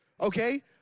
okay